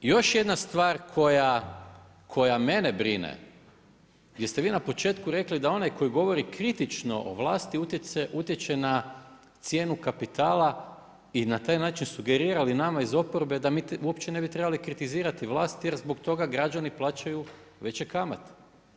Još jedna stvar koja mene brine, gdje ste vi na početku rekli, da onaj koji govori kritično o vlasti, utječe na cijenu kapitala i na taj način sugerirali nama iz oporbe da mi uope ne bi trebali kritizirati vlasti, jer zbog toga građani plaćaju veće kamate.